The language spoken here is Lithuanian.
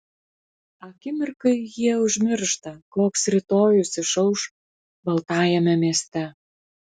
akimirkai jie užmiršta koks rytojus išauš baltajame mieste